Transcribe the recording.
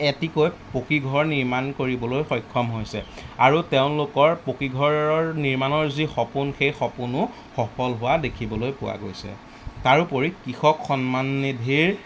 এটিকৈ পকীঘৰ নিৰ্মাণ কৰিবলৈ সক্ষম হৈছে আৰু তেওঁলোকৰ পকীঘৰৰ নিৰ্মাণৰ যি সপোন সেই সপোনো সফল হোৱা দেখিবলৈ পোৱা গৈছে তাৰোপৰি কৃষক সন্মান নিধিৰ